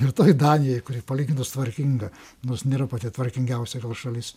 ir toj danijoj kuri palyginus tvarkinga nors nėra pati tvarkingiausia europos šalis